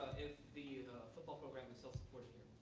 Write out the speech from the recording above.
if the football program is self-supporting